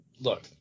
look